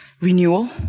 renewal